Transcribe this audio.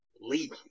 leave